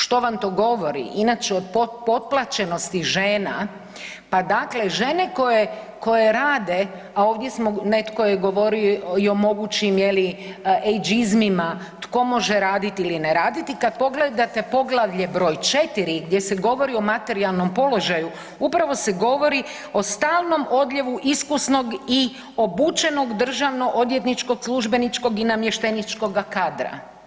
Što vam to govori inače o potplaćenosti žena, pa dakle žene koje rade, a ovdje smo, netko je govorio i o mogućim je li ejdžizmima tko može raditi ili ne raditi i kad pogledate poglavlje broj 4 gdje se govori o materijalnom položaju upravo se govori o stalnom odljevu iskusnog i obučenog državno-odvjetničkog službeničkog i namješteničkoga kadra.